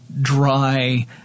dry